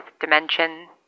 dimension